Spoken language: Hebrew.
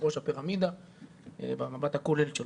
ראש הפירמידה והמבט הכולל.